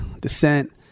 descent